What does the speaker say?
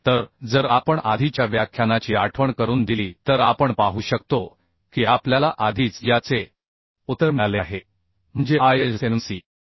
तर जर आपण आधीच्या व्याख्यानाची आठवण करून दिली तर आपण पाहू शकतो की आपल्याला आधीच याचे उत्तर मिळाले आहे म्हणजे ISMC